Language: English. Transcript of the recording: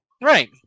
Right